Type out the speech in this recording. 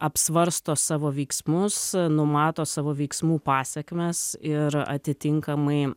apsvarsto savo veiksmus numato savo veiksmų pasekmes ir atitinkamai